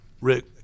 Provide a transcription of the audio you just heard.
Rick